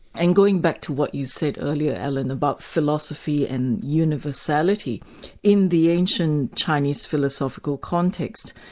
and going back to what you said earlier alan, about philosophy and universality in the ancient chinese philosophical context,